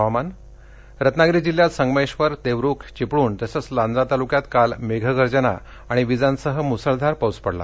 हवामान रत्नागिरी जिल्ह्यात संगमेश्वर देवरूख चिपळूण तसंच लांजा तालुक्यात काल मेघगर्जना आणि विजांसह मुसळधार पाऊस पडला